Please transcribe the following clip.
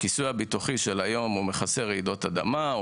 הכיסוי הביטוחי של היום מכסה רעידות אדמה,